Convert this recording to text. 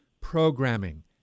programming